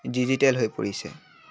digital হৈ পৰিছে